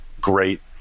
great